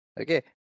okay